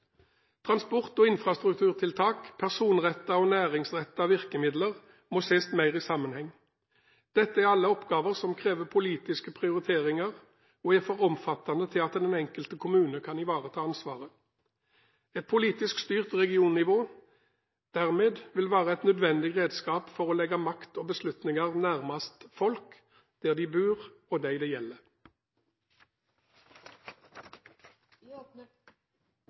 Transport- og infrastrukturtiltak og personrettede og næringsrettede virkemidler må ses mer i sammenheng. Alt dette er oppgaver som krever politiske prioriteringer. De er for omfattende til at den enkelte kommune kan ivareta ansvaret. Et politisk styrt regionnivå vil dermed være et nødvendig redskap for å legge makt og beslutninger nærmest dem det gjelder – og der folk bor. Det